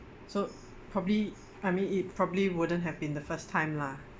so probably I mean it probably wouldn't have been the first time lah